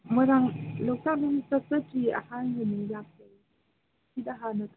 ꯃꯣꯏꯔꯥꯡ ꯂꯣꯛꯇꯥꯛꯁꯨ ꯑꯝꯇ ꯆꯠꯇ꯭ꯔꯤꯌꯦ ꯑꯍꯥꯟꯕꯅꯦ ꯂꯥꯛꯆꯔꯤꯁꯦ ꯁꯤꯗ ꯍꯥꯟꯅ